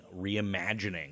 reimagining